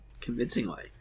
convincingly